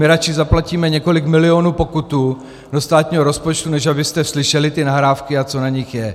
My radši zaplatíme několik milionů pokutu do státního rozpočtu, než abyste slyšeli ty nahrávky, a co na nich je.